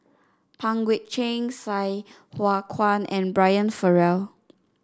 Pang Guek Cheng Sai Hua Kuan and Brian Farrell